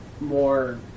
more